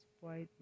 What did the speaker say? white